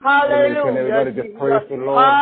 Hallelujah